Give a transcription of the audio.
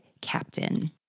captain